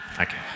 Okay